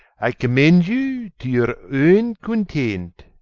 i commend you to your own content.